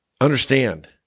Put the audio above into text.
Understand